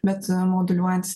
bet moduliuojant